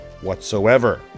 whatsoever